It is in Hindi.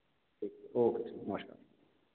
ठीक ओके नमस्कार